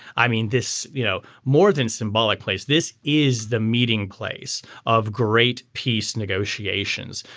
i mean this you know more than symbolic place. this is the meeting place of great peace negotiations.